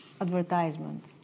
advertisement